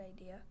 idea